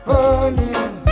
Burning